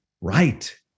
right